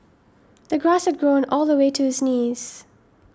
the grass had grown all the way to his knees